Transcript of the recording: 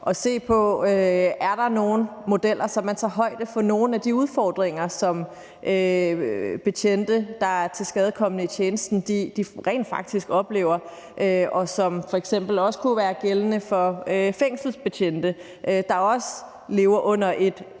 at se på, om der er nogle modeller, som tager højde for nogle af de udfordringer, som betjente, der er kommet til skade i tjenesten, rent faktisk oplever, og som f.eks. også kunne være gældende for fængselsbetjente, der også lever under et